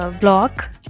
Block